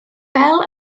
bell